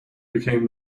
became